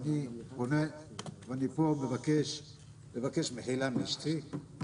אני מבקש פה מחילה מאשתי.